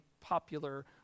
popular